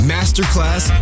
Masterclass